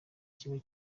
kigo